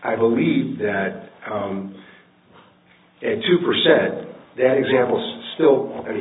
i believe that a two percent that examples still a